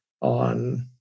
on